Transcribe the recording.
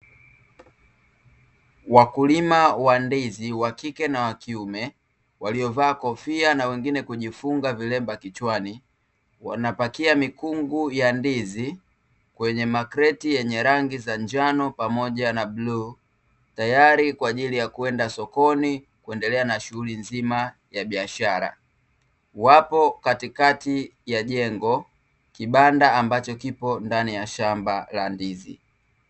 Wakulima wa ndizi (wakike na wakiume) waliovaa kofia na wengine kujifunga vilemba kichwani, wanapakia mikungu ya ndizi kwenye makreti yenye rangi za njano pamoja na bluu, tayari kwa ajili ya kwenda sokoni kuendelea na shughuli nzima ya biashara. Wapo katikati ya jengo, kibanda ambacho kipo ndani ya shamba la ndizi.